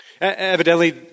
Evidently